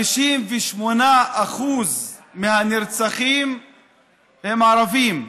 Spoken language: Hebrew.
58% מהנרצחים הם ערבים.